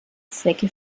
zwecke